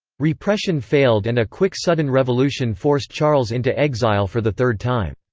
repression failed and a quick sudden revolution forced charles into exile for the third time.